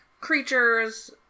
creatures